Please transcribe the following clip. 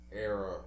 era